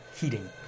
Heating